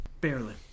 Barely